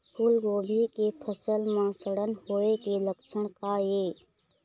फूलगोभी के फसल म सड़न होय के लक्षण का ये?